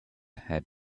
had